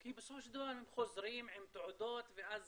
כי בסופו של דבר הם חוזרים עם תעודות ואז